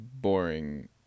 boring